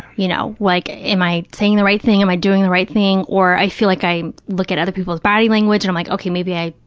you know, like, am i saying the right thing, am i doing the right thing, or i feel like i look at other people's body language and i'm like, okay, maybe i,